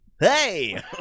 Hey